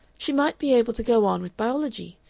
she might be able to go on with biology,